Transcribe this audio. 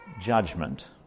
judgment